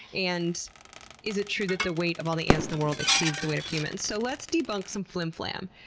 and is it true that the weight of all the ants in the world exceeds the weight of humans? so, let's debunk some flimflam.